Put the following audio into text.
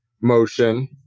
motion